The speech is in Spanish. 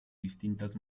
distintas